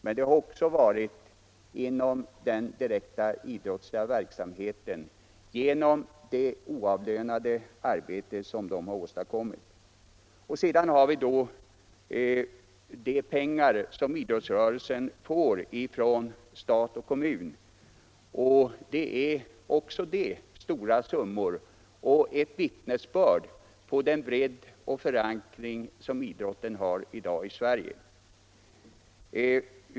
Men också inom den direkta idrottsliga verksamheten har de genom sitt oavlönade arbete gjort stora insatser. Sedan har vi de pengar som idrottsrörelsen fått från stat och kommun. Det är också stora summor och ett vittnesbörd om den bredd och förankring som idrotten har i dag i Sverige.